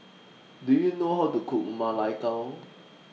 Do YOU know How to Cook Ma Lai Gao